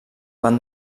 van